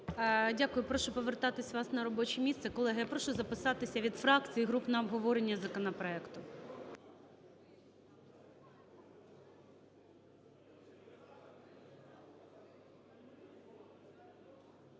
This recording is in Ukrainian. Дякую. Прошу повертатися вас на робоче місце. Колеги, я прошу записатися від фракцій і груп на обговорення законопроекту.